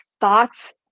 thoughts